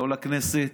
לא לכנסת.